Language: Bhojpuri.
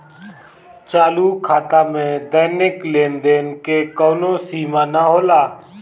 चालू खाता में दैनिक लेनदेन के कवनो सीमा ना होला